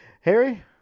Harry